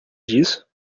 disso